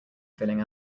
filling